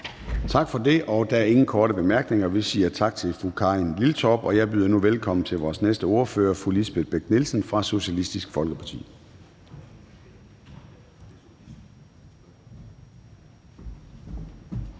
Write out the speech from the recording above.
Tak for det. Der er ingen korte bemærkninger. Vi siger tak til fru Karin Liltorp. Og jeg byder nu velkommen til vores næste ordfører, fru Lisbeth Bech-Nielsen fra Socialistisk Folkeparti.